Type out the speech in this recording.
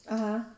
(uh huh)